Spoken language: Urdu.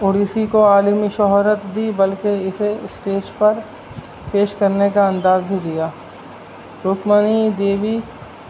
اڑیسی کو عالمی شہرت دی بلکہ اسے اسٹیج پر پیش کرنے کا انداز بھی دیا رکمنی دیوی